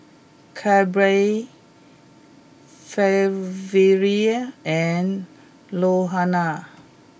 Kelby Flavia and Luana